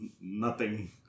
nothing-